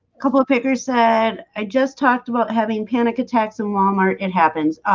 couple of papers said i just talked about having panic attacks in walmart. it happens.